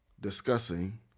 discussing